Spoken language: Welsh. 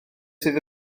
sydd